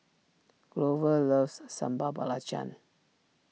Grover loves Sambal Belacan